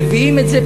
מביאים את זה,